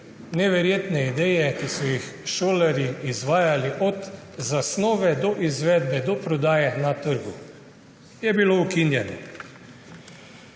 neverjetne ideje, ki so jih šolarji izvajali, od zasnove do izvedbe, do prodaje na trgu. Je bilo ukinjeno.